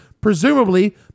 Presumably